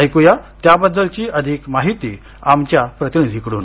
ऐकूया त्याबद्दलची अधिक माहिती आमच्या प्रतिनिधींकडून